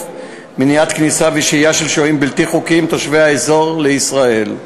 מניעת כניסה ושהייה של שוהים בלתי חוקיים תושבי האזור לישראל,